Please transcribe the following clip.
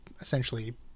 essentially